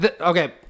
Okay